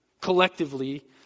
collectively